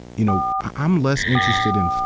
you know, i'm less interested in,